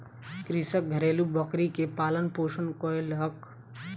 कृषक घरेलु बकरी के पालन पोषण कयलक